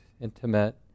intimate